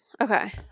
okay